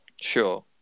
sure